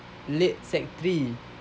late sec three